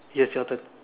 yes your turn